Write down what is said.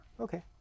Okay